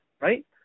right